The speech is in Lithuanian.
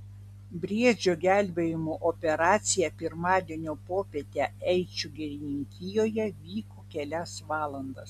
briedžio gelbėjimo operacija pirmadienio popietę eičių girininkijoje vyko kelias valandas